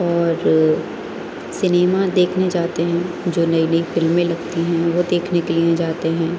اور سنیما دیکھنے جاتے ہیں جو نئی نئی فلمیں لگتی ہیں وہ دیکھنے کے لیے جاتے ہیں